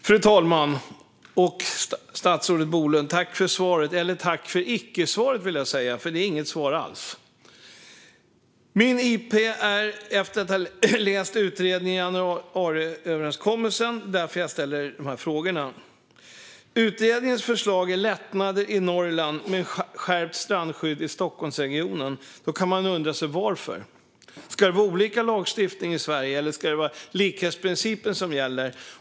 Fru talman! Tack, statsrådet Bolund, för svaret! Eller tack för ickesvaret vill jag säga, för det är inget svar alls. Min interpellation skrev jag efter att ha läst utredningen och januariöverenskommelsen. Det är därför jag ställer de här frågorna. Utredningens förslag är lättnader i Norrland men skärpt strandskydd i Stockholmsregionen. Då kan man fråga sig varför. Ska det vara olika lagstiftning i Sverige eller ska likhetsprincipen gälla?